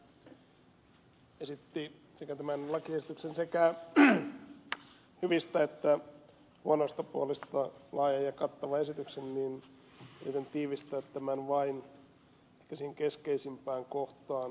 kyllönen edellä esitti tämän lakiesityksen sekä hyvistä että huonoista puolista laajan ja kattavan esityksen niin yritän tiivistää tämän vain keskeisimpään kohtaan